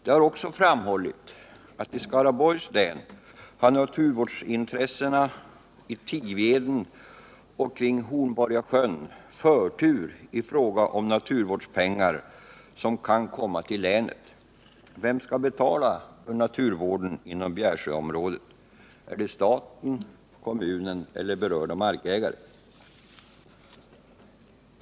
Det har också framhållits att i Skaraborgs län har naturvårdsintressena i Tiveden och kring Hornborgasjön förtur i fråga om naturvårdspengar som kan tilldelas länet. Vem skall betala för naturvården inom Bjärsjöområdet? Är det staten, kommunen eller berörda markägare?